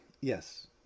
Yes